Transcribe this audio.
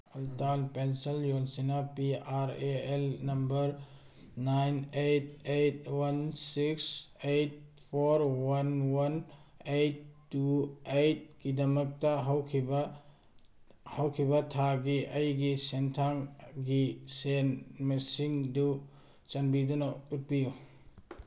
Atal pension Yojana P R A L number nine eight eight one six eight four one one eight two ꯑꯩꯠꯀꯤꯗꯃꯛꯇ ꯍꯧꯈꯤꯕ ꯍꯧꯈꯤꯕ ꯊꯥꯒꯤ ꯑꯩꯒꯤ ꯁꯦꯟꯊꯥꯡꯒꯤ ꯁꯦꯟ ꯃꯁꯤꯡꯗꯨ ꯆꯥꯟꯕꯤꯗꯨꯅ ꯎꯠꯄꯤꯌꯨ